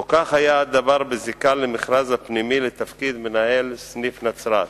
לא כך היה הדבר בזיקה למכרז הפנימי לתפקיד מנהל סניף נצרת.